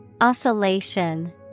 Oscillation